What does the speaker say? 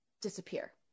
disappear